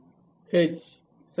H சரியா